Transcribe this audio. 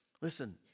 Listen